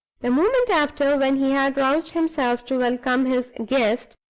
the moment after, when he had roused himself to welcome his guest,